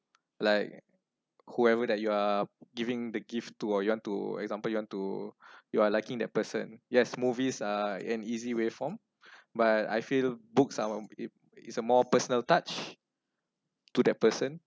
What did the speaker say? like whoever that you are giving the gift to or you want to example you want to your are liking that person yes movies are an easy way form but I feel books uh it is a more personal touch to that person